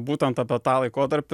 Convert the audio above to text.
būtent apie tą laikotarpį